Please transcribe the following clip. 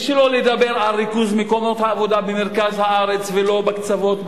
שלא לדבר על ריכוז מקומות העבודה במרכז הארץ ולא בקצוות,